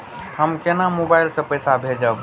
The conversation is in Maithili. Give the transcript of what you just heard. हम केना मोबाइल से पैसा भेजब?